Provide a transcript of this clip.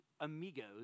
amigos